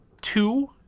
two